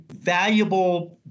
valuable